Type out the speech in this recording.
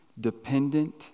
dependent